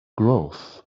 growth